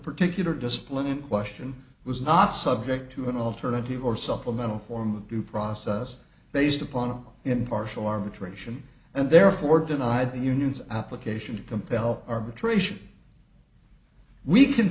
particular display in question was not subject to an alternative or supplemental form of due process based upon impartial arbitration and therefore denied the union's application to compel arbitration we